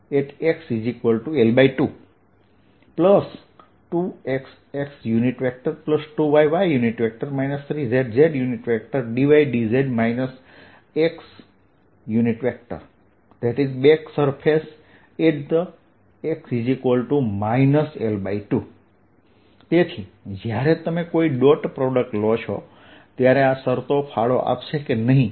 ds2xx2yy 3zzdydzx|front surfacexL22xx2yy 3zzdydz|backsurfacex l2 તેથી જ્યારે તમે કોઈ ડોટ પ્રોડક્ટ લો છો ત્યારે આ શરતો ફાળો આપશે નહીં